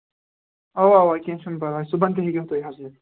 اَوا اَوا کیٚنٛہہ چھُنہٕ پرواے صُبحن تہٕ ہیٚکِو تُہۍ حظ یِتھ